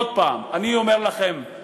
עוד הפעם אני אומר לכם,